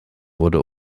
wurde